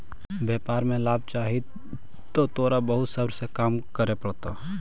व्यापार में लाभ चाहि त तोरा बहुत सब्र से काम करे पड़तो